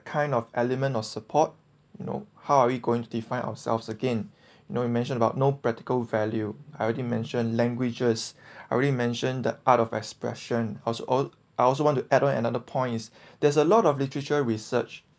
kind of element of support you know how are we going to find ourselves again no you mentioned about no practical value I already mentioned languages already mentioned the art of expression of all I also want to add on another point is there's a lot of literature research